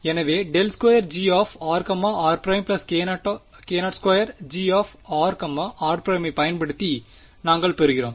எனவே ∇2grr′k0 2gr r′ ஐ பயன்படுத்தி நாங்கள் பெறுகிறோம்